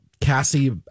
Cassie